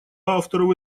авторов